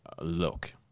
look